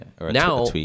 Now